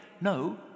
No